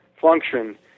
function